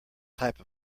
type